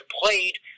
played